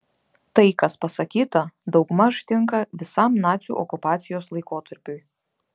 tai kas pasakyta daugmaž tinka visam nacių okupacijos laikotarpiui